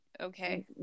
okay